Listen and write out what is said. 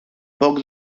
poc